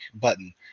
button